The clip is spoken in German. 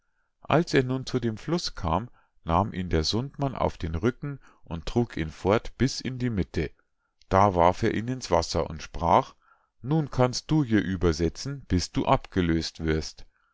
als er nun zu dem fluß kam nahm ihn der sundmann auf den rücken und trug ihn fort bis in die mitte da warf er ihn ins wasser und sprach nun kannst du hier übersetzen bis du abgelös't wirst